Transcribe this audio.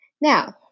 Now